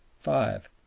five.